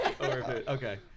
okay